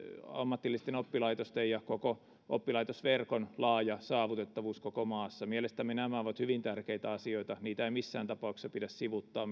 ammatillisten oppilaitosten ja koko oppilaitosverkon laaja saavutettavuus koko maassa mielestämme nämä ovat hyvin tärkeitä asioita niitä ei missään tapauksessa pidä sivuuttaa